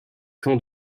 camps